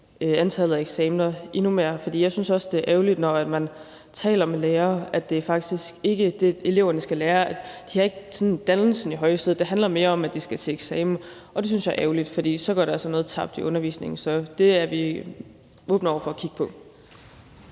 antallet af eksamener endnu mere. For jeg synes også, at det er ærgerligt at høre, når man taler med lærere, at dannelsen af eleverne ikke er i højsædet. Det handler mere om, at de skal til eksamen, og det synes jeg er ærgerligt, for så går der altså noget tabt i undervisningen. Så det er vi åbne over for at kigge på.